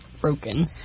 broken